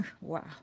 wow